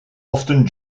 often